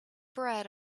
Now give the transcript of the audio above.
bread